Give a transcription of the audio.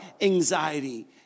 anxiety